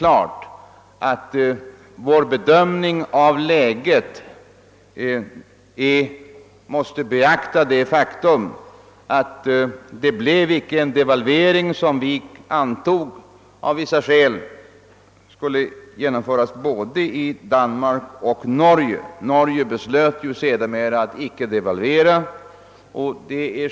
Norge, som vi av vissa skäl antog ock så kunde tänkas devalvera, beslöt som bekant att inte göra detta.